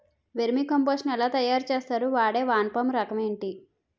Vermi compost ఎలా తయారు చేస్తారు? వాడే వానపము రకం ఏంటి?